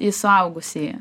į suaugusįjį